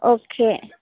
okay